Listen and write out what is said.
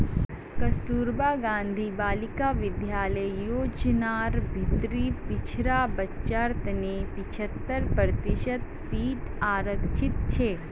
कस्तूरबा गांधी बालिका विद्यालय योजनार भीतरी पिछड़ा बच्चार तने पिछत्तर प्रतिशत सीट आरक्षित छे